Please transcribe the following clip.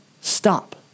Stop